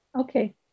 Okay